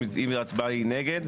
אם ההצבעה היא נגד,